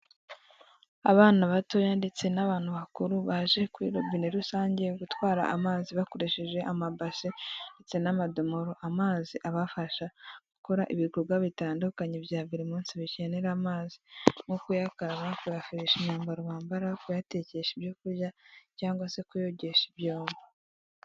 Abana batoya ndetse n'abantu bakuru, baje kuri robine rusange gutwara amazi bakoresheje amabase ndetse n'amadomoro, amazi abafasha gukora ibikorwa bitandukanye bya buri munsi bikenera amazi, nko kuyakaraba, kuyafurisha imyambaro bambara, kuyatekesha ibyo kurya cyangwa se kuyogesha ibyombo.